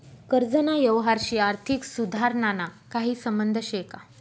कर्जना यवहारशी आर्थिक सुधारणाना काही संबंध शे का?